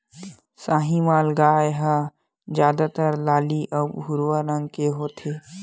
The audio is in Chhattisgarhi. साहीवाल गाय ह जादातर लाली अउ भूरवा रंग के होथे